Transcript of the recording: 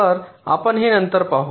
तर आपण हे नंतर पाहू